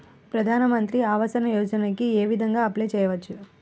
ప్రధాన మంత్రి ఆవాసయోజనకి ఏ విధంగా అప్లే చెయ్యవచ్చు?